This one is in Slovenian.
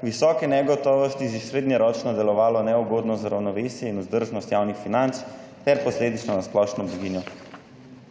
visoke negotovosti že srednjeročno delovalo neugodno za ravnovesje in vzdržnost javnih financ ter posledično na splošno blaginjo